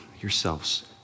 yourselves